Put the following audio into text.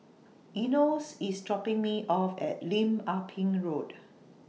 Enos IS dropping Me off At Lim Ah Pin Road